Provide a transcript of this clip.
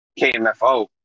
KMFO